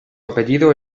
apellido